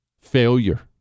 failure